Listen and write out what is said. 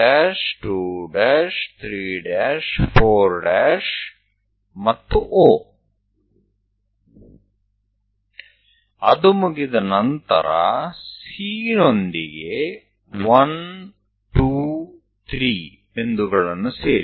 એકવાર તે થઈ જાય પછી C ને 123 બિંદુઓ સાથે જોડો